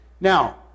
Now